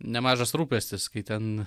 nemažas rūpestis kai ten